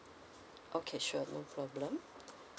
okay sure no problem